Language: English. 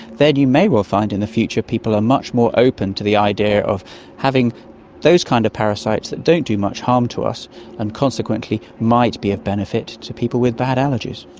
then you may well find in the future people are much more open to the idea of having those kind of parasites that don't do much harm to us and consequently might be of benefit to people with bad allergies.